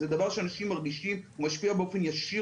זה דבר שאנשים מרגישים והוא משפיע באופן ישיר